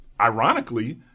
Ironically